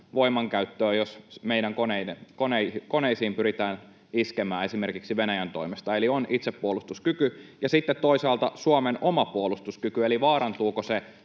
voimankäyttöön, jos meidän koneisiin pyritään iskemään esimerkiksi Venäjän toimesta, eli on itsepuolustuskyky. Sitten toisaalta Suomen oma puolustuskyky: Vaarantuuko se